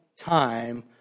time